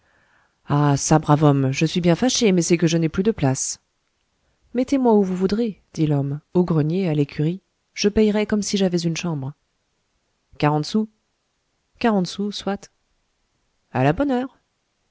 ah çà brave homme je suis bien fâchée mais c'est que je n'ai plus de place mettez-moi où vous voudrez dit l'homme au grenier à l'écurie je payerai comme si j'avais une chambre quarante sous quarante sous soit à la bonne heure